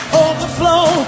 overflow